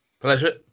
Pleasure